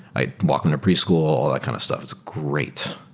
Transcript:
i'd walk him to preschool, all that kind of stuff. it's great.